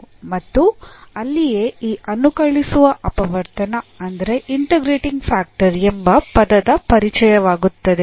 ಮತ್ತು ಅಲ್ಲಿಯೇ ಈ ಅನುಕಲಿಸುವ ಅಪವರ್ತನ ಎಂಬ ಪದದ ಪರಿಚಯವಾಗುತ್ತದೆ